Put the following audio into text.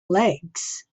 legs